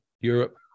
Europe